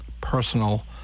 personal